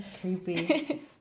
creepy